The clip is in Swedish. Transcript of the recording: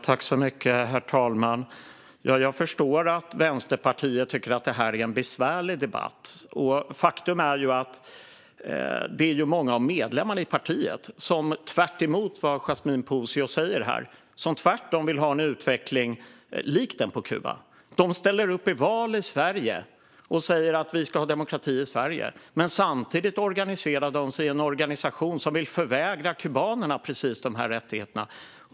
Herr talman! Jag förstår att Vänsterpartiet tycker att det är en besvärlig debatt. Faktum är att många av medlemmarna i partiet, tvärtemot vad Yasmine Posio säger här, vill ha en utveckling lik den på Kuba. De ställer upp i val i Sverige och säger att det ska vara demokrati i Sverige, men samtidigt är de med i en organisation som vill förvägra kubanerna precis de rättigheterna.